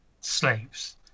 slaves